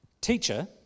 Teacher